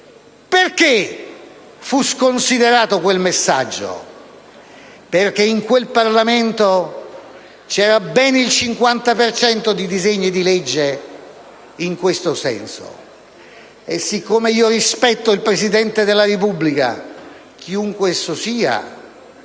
Perché fu sconsiderato quel messaggio? Perché in quel Parlamento c'era ben il 50 per cento di disegni di legge in questo senso. E siccome io rispetto il Presidente della Repubblica, chiunque esso sia,